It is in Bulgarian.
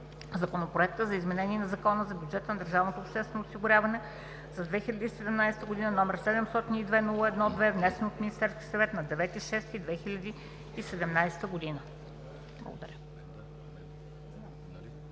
Законопроект за изменение на Закона за бюджета на държавното обществено осигуряване за 2017 г., № 702 01-2, внесен от Министерския съвет на 9 юни 2017 г.“ Благодаря.